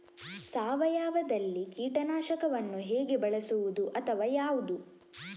ಸಾವಯವದಲ್ಲಿ ಕೀಟನಾಶಕವನ್ನು ಹೇಗೆ ಬಳಸುವುದು ಅಥವಾ ಯಾವುದು?